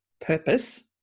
purpose